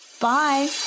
Bye